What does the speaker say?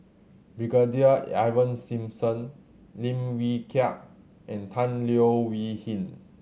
Brigadier Ivan Simson Lim Wee Kiak and Tan Leo Wee Hin